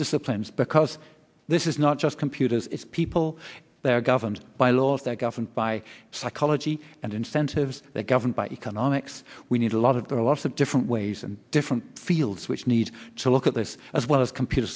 disciplines because this is not just computers people they are governed by laws that govern by psychology and incentives they're governed by economics we need a lot of there are lots of different ways in different fields which need to look at this as well as computer